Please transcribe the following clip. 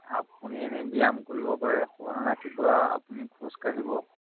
আপুনি এনেই ব্যায়াম কৰিব পাৰে ৰাতিপুৱা আপুনি খোজকাঢ়িব